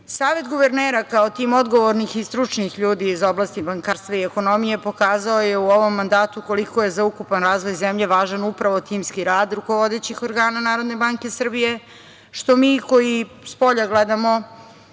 guvernera kao tim odgovornih i stručnih ljudi iz oblasti bankarstva i ekonomije pokazao je u ovom mandatu koliko je za ukupan razvoj zemlje važan upravo timski rad rukovodećih organa Narodne banke Srbije, što mi koji spolja gledamo